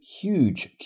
huge